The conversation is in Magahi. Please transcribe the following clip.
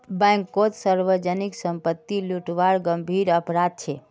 बैंककोत सार्वजनीक संपत्ति लूटना गंभीर अपराध छे